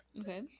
Okay